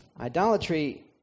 Idolatry